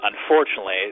unfortunately